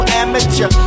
amateur